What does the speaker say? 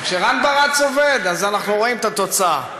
כשרן ברץ עובד אז אנחנו רואים את התוצאה.